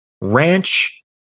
ranch